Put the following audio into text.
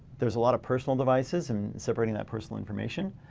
there's a lot of personal devices in separating that personal information.